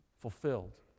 fulfilled